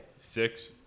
Six